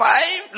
Five